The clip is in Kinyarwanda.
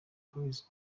boys